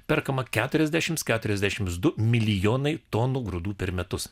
perkamą keturiasdešim keturiasdešimt du milijonai tonų grūdų per metus